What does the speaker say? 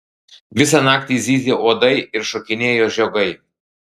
visą naktį zyzė uodai ir šokinėjo žiogai